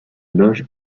loge